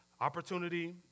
Opportunity